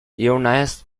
illness